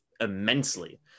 immensely